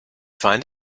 find